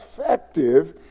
effective